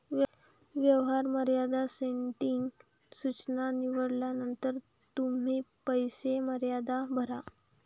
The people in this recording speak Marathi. व्यवहार मर्यादा सेटिंग सूचना निवडल्यानंतर तुम्ही पैसे मर्यादा भरा